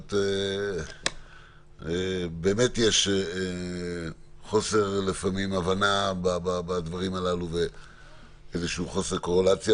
באמת יש חוסר הבנה בדברים הללו ואיזשהו חוסר קורלציה.